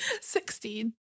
Sixteen